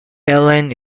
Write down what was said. ellen